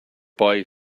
boy